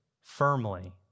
firmly